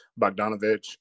Bogdanovich